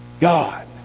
God